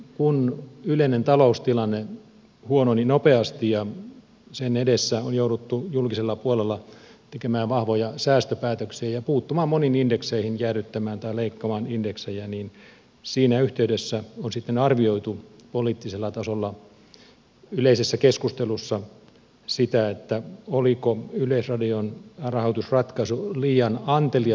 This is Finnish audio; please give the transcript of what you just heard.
kun yleinen taloustilanne sitten huononi nopeasti ja sen edessä on nyt jouduttu julkisella puolella tekemään vahvoja säästöpäätöksiä ja puuttumaan moniin indekseihin jäädyttämään tai leikkaamaan indeksejä niin siinä yhteydessä on sitten arvioitu poliittisella tasolla yleisessä keskustelussa sitä oliko yleisradion rahoitusratkaisu liian antelias